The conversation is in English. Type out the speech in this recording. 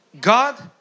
God